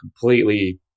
completely